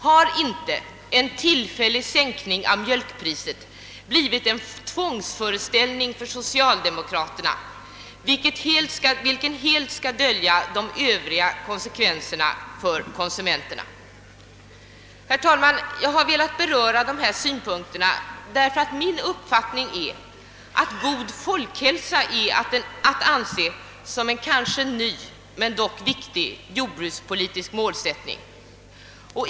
Har inte en tillfällig sänkning av mjölkpriset för socialdemokraterna blivit en tvångsföreställning, vilken helt skall dölja de övriga konsekvenserna för konsumenterna? Herr talman! Jag har velat beröra dessa synpunkter därför att min uppfattning är att god folkhälsa är att anse som en kanske ny men dock viktig jordbrukspolitisk målsättning.